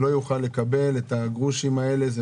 לא יוכל לקבל את הגרושים האלה.